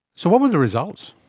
so what were the results?